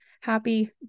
Happy